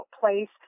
place